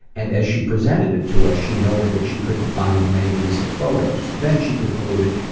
and as she presented it to us, she noted that she couldn't find many recent photos. then she concluded,